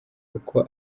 uko